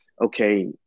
okay